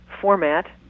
format